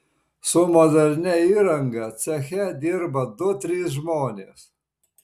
su modernia įranga ceche dirba du trys žmonės